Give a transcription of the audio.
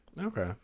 Okay